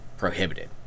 prohibited